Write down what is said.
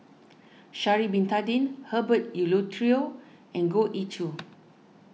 Shaari Bin Tadin Herbert Eleuterio and Goh Ee Choo